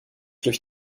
durch